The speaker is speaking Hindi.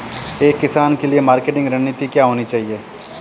एक किसान के लिए मार्केटिंग रणनीति क्या होनी चाहिए?